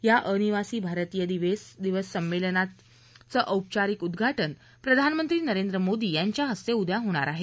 या अनिवासी भारतीय दिवस संमेलनाचं औपचारीक उदघाज प्रधानमंत्री नरेंद्र मोदी यांच्या हस्ते उद्या होणार आहे